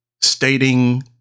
stating